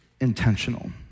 intentional